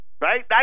right